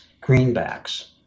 greenbacks